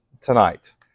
tonight